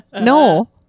No